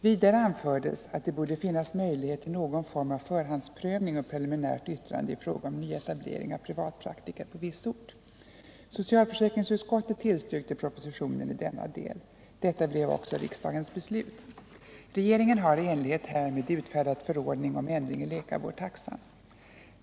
Vidare anfördes att det borde finnas möjlighet till någon form av förhandsprövning och preliminärt yttrande i fråga om nyetablering av privatpraktiker på viss ort.